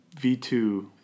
V2